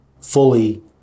fully